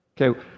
Okay